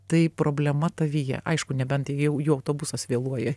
tai problema tavyje aišku nebent jau jų autobusas vėluoja